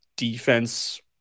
Defense